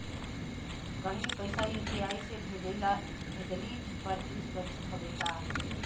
कहि भी पैसा यू.पी.आई से भेजली पर ए सुरक्षित हवे का?